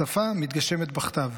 השפה מתגשמת בכתב.